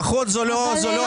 אבל פחות זה לא החלטה.